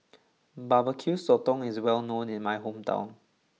Bbq Sotong is well known in my hometown